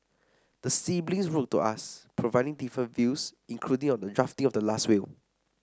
the siblings wrote to us providing differing views including on the drafting of the last will